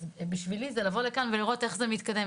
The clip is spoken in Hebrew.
בשבילי זה לבוא לכאן ולראות איך זה מתקדם,